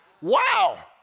Wow